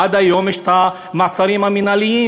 עד היום יש המעצרים המינהליים.